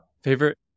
Favorite